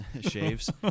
shaves